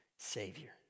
Savior